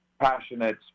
passionate